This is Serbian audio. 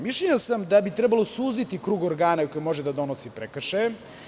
Mišljenja sam da bi trebalo suziti krug organa koji može da donosi prekršaje.